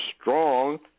strong